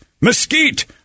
mesquite